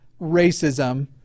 racism